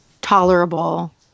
tolerable